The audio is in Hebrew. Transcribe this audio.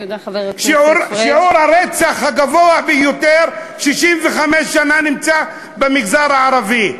שיעור הרצח הגבוה ביותר 65 שנה נמצא במגזר הערבי.